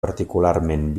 particularment